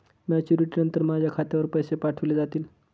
Maturity नंतर माझ्या खात्यावर पैसे पाठविले जातील?